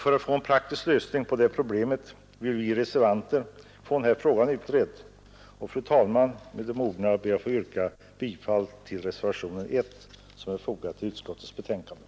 För att få en praktisk lösning av det problemet vill vi reservanter ha den här frågan utredd och jag ber, fru talman, att med det anförda få yrka bifall till reservationen 1 av herr Eriksson i Bäckmora m.fl.